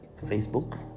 Facebook